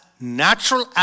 natural